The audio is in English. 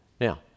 Now